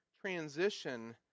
transition